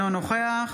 אינו נוכח